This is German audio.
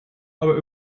aber